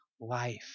life